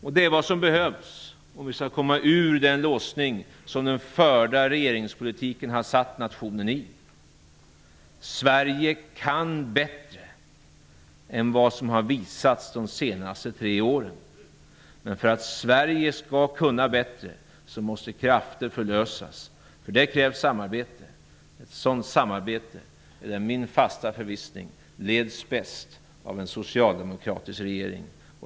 Detta är vad som behövs om vi skall komma ur den låsning som den förda regeringspolitiken har försatt nationen i. Sverige kan bättre än vad som har visats de senaste tre åren. Men för att Sverige skall kunna bättre måste krafter förlösas. För det krävs samarbete. Det är min fasta förvissning att ett sådant samarbete leds bäst av en socialdemokratisk regering.